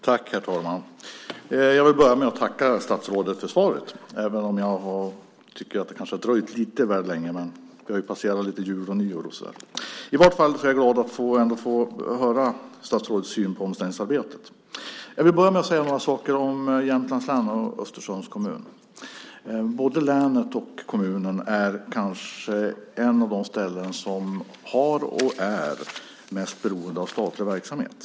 Herr talman! Jag vill börja med att tacka statsrådet för svaret, även om jag tycker att det kanske har dröjt lite väl länge. Men det har ju varit jul och nyår. Jag är i alla fall glad att få höra statsrådets syn på omställningsarbetet. Jag vill börja med att säga några saker om Jämtlands län och Östersunds kommun. Både länet och kommunen tillhör kanske de ställen som är mest beroende av statlig verksamhet.